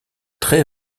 très